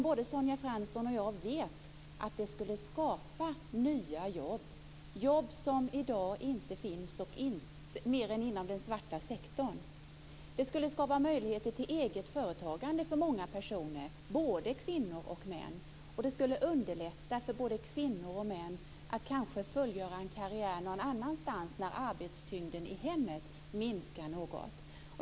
Både Sonja Fransson och jag vet att det skulle skapa nya jobb - jobb som i dag inte finns mer än inom den svarta sektorn. Det skulle skapa möjligheter till eget företagande för många personer, både kvinnor och män. Det skulle också underlätta för både kvinnor och män att kanske fullgöra en karriär någon annanstans när arbetstyngden i hemmet minskar något.